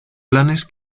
planes